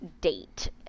date